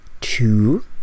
two